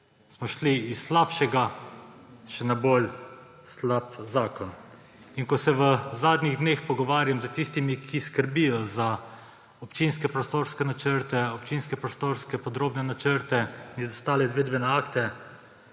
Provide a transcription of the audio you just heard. smo šli s slabšega še na bolj slab zakon. Ko se v zadnjih dneh pogovarjam s tistimi, ki skrbijo za občinske prostorske načrte, občinske prostorske podrobne načrte in izvedbene akte,